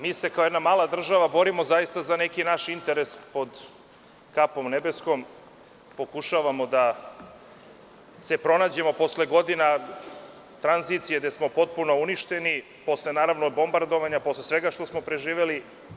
Mi se kao jedna mala država borimo zaista za neki naš interes pod kapom nebeskom pokušavamo da se pronađemo posle godina tranzicije gde smo potpuno uništeni, posle naravno bombardovanja, posle svega što smo preživeli.